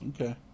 okay